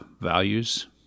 values